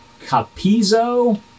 Capizo